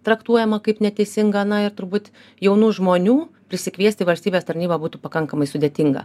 traktuojama kaip neteisinga na ir turbūt jaunų žmonių prisikviest į valstybės tarnybą būtų pakankamai sudėtinga